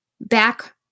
back